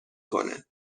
کنه